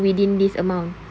so within this amount